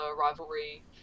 rivalry